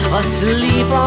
asleep